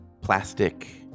plastic